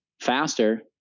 faster